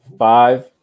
Five